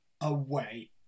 away